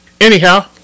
anyhow